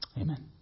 Amen